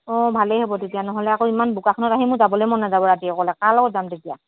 অঁ ভালেই হ'ব তেতিয়া নহ'লে আক ইমান বোকাখনত আহি মোৰ যাবলৈ মন নাযাব ৰাতি অকলে কাৰ লগত যাম তেতিয়া